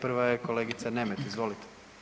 Prva je kolegica Nemet, izvolite.